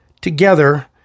together